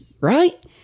right